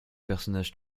personnages